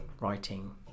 writing